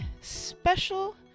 special